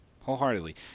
Wholeheartedly